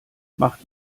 macht